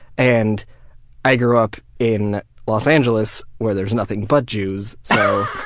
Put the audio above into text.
and i grew up in los angeles where there's nothing but jews, so